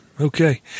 Okay